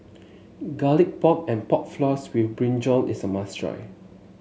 Garlic Pork and Pork Floss with Brinjal is a must try